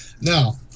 Now